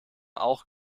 auch